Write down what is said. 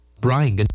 Brian